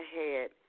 ahead